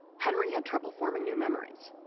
henry had trouble forming new memories.